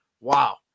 wow